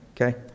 okay